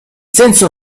senso